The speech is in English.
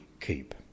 keep